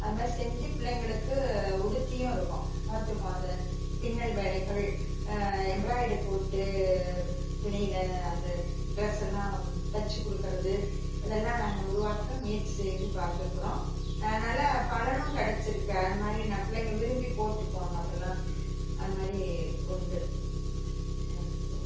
அது மாதிரி செஞ்சு பிள்ளைங்களுக்கு உடுத்தியும் இருக்கோம் பார்த்துருக்கோம் அந்த பின்னல் வேலைகள் எம்பிராய்டு போட்டு துணியில அந்த ட்ரெஸ் எல்லாம் தச்சி கொடுக்குறது அதெல்லாம் நாங்கள் உருவாக்க முயற்சி செய்து பார்த்துருக்குறோம் நல்லா பலனும் கிடச்சிருக்கு அது மாதிரி ந பிள்ளைங்க விரும்பி போட்டுப்பாங்க அப்புடிலாம் அது மாதிரி உண்டு தேங்க் யூ